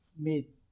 Meet